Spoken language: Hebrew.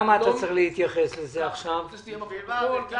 אני חושב שצריך גם עם חבר הכנסת קושניר להגיע להבנות.